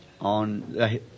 on